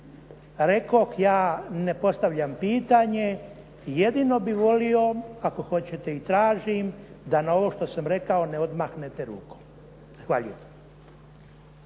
Rekoh ja, ne postavljam pitanje. Jedino bih volio ako hoćete i tražim da na ovo što sam rekao ne odmahnete rukom. Zahvaljujem.